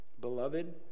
Beloved